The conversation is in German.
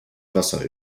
wasser